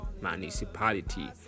municipality